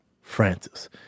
Francis